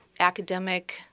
academic